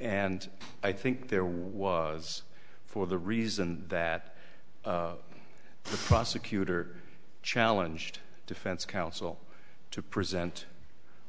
and i think there was for the reason that the prosecutor challenge the defense counsel to present